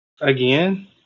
Again